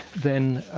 then